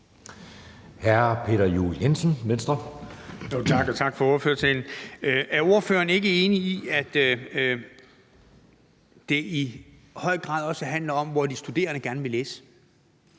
Peter Juel-Jensen (V): Tak, og tak for ordførertalen. Er ordføreren ikke enig i, at det i høj grad også handler om, hvor de studerende gerne vil læse?